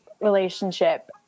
relationship